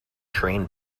train